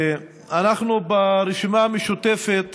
אנחנו ברשימה המשותפת